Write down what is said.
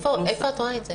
איפה את רואה את זה?